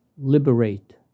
liberate